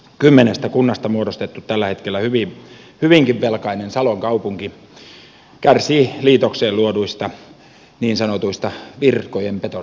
kymmenestä kunnasta muodostettu tällä hetkellä hyvinkin velkainen salon kaupunki kärsii liitokseen luoduista niin sanotuista virkojen betonoinneista